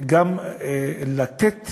גם לתת